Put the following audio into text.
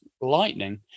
lightning